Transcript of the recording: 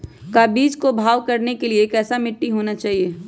का बीज को भाव करने के लिए कैसा मिट्टी होना चाहिए?